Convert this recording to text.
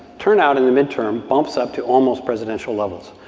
turnout in the midterm bumps up to almost presidential levels.